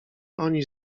oni